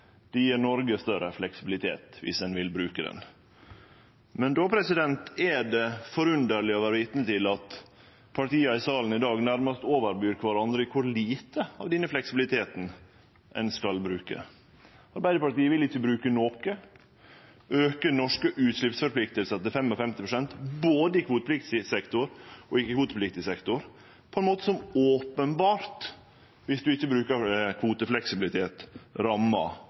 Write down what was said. det gjev Noreg større fleksibilitet, viss ein vil bruke han. Men då er det forunderleg å vere vitne til at partia i salen i dag nærmast overbyr kvarandre i kor lite av denne fleksibiliteten ein skal bruke. Arbeidarpartiet vil ikkje bruke noko, men auke norske utsleppsforpliktingar til 55 pst. i både kvotepliktig og ikkje-kvotepliktig sektor på ein måte som openbert, viss ein ikkje bruker kvotefleksibilitet, rammar